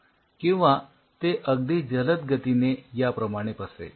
किंवा ते अगदी जलद गतीने याप्रमाणे पसरेल